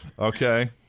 Okay